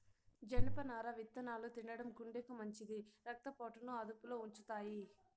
జనపనార విత్తనాలు తినడం గుండెకు మంచిది, రక్త పోటును అదుపులో ఉంచుతాయి